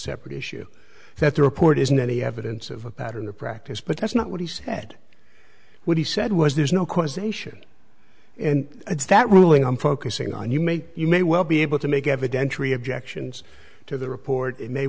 separate issue that the report isn't any evidence of a pattern or practice but that's not what he said what he said was there's no question and it's that ruling i'm focusing on you may you may well be able to make evidentiary objections to the report it may